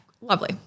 Lovely